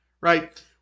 right